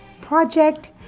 Project